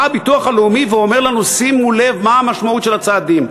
בא הביטוח הלאומי ואומר לנו: שימו לב מה המשמעות של הצעדים.